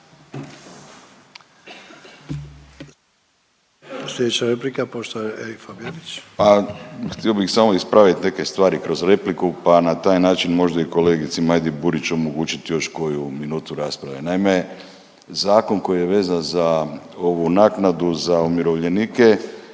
**Fabijanić, Erik (Nezavisni)** Pa htio bih samo ispravit neke stvari kroz repliku, pa na taj način možda i kolegici Majdi Burić omogućit još koju minutu rasprave. Naime, zakon koji je vezan za ovu naknadu za umirovljenike